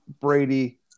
Brady